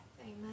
amen